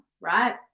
right